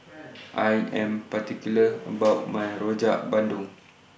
I Am particular about My Rojak Bandung